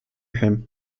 him